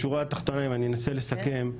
בשורה התחתונה אם אני אנסה לסכם,